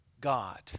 God